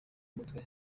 mutwe